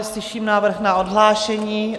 Slyším návrh na odhlášení.